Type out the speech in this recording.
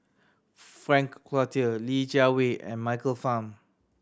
Frank Cloutier Li Jiawei and Michael Fam